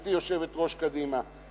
גברתי יושבת-ראש קדימה,